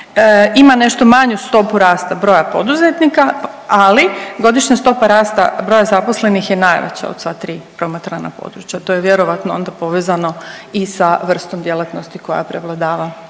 ima nešto manju stopu rasta broja poduzetnika, ali godišnja stopa rasta broja zaposlenih je najveća od sva 3 promatrana područja, to je vjerojatno onda povezano i sa vrstom djelatnosti koja prevladava na otocima.